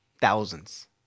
Thousands